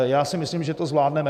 Já si myslím, že to zvládneme.